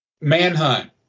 Manhunt